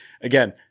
again